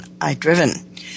I-Driven